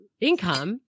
income